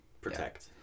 protect